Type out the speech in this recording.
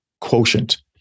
Quotient